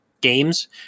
games